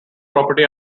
property